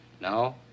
No